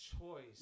choice